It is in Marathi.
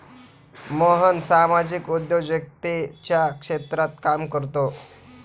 मोहन सामाजिक उद्योजकतेच्या क्षेत्रात काम करतो